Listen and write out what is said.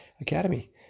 academy